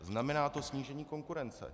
Znamená to snížení konkurence.